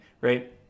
right